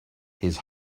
his